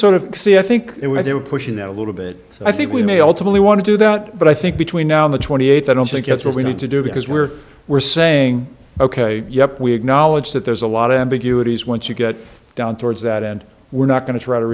sort of see i think they were pushing that a little bit so i think we may ultimately want to do that but i think between now and the twenty eighth i don't think that's what we need to do because we're we're saying ok yep we acknowledge that there's a lot of ambiguities once you get down towards that end we're not going to try to